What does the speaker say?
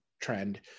trend